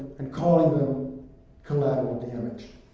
and calling them collateral damage?